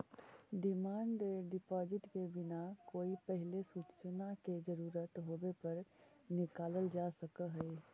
demand deposit के बिना कोई पहिले सूचना के जरूरत होवे पर निकालल जा सकऽ हई